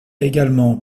également